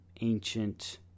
ancient